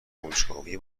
کنجکاوی